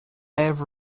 have